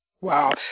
Wow